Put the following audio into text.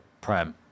Prem